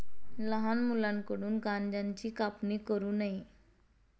लहान मुलांकडून गांज्याची कापणी करू नये